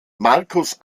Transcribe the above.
markus